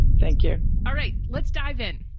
thank you. all right. let's dive in.